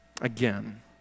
again